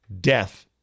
death